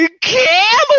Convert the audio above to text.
camel